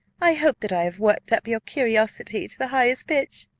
i hope that i have worked up your curiosity to the highest pitch.